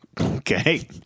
Okay